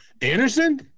Anderson